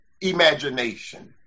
imagination